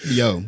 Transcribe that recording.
yo